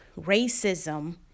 racism